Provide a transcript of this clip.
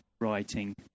writing